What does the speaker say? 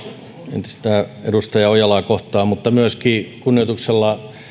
entistä edustaja ojalaa kohtaan mutta myöskin kunnioituksella